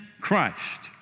Christ